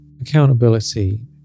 Accountability